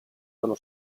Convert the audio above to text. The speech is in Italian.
dallo